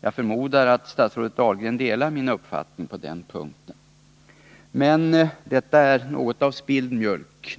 Jag förmodar att statsrådet Dahlgren delar min uppfattning på den punkten. Men detta är något av spilld mjölk.